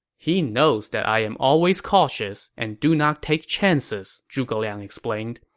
he knows that i am always cautious and do not take chances, zhuge liang explained.